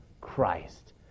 Christ